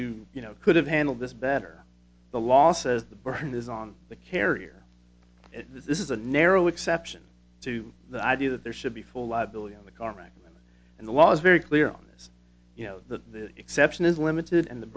to you know could have handled this better the law says the burden is on the carrier and this is a narrow exception to the idea that there should be full liability on the contract and the law is very clear on this you know that the exception is limited and the